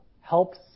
helps